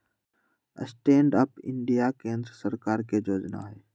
stand up India केंद्र सरकार के जोजना हइ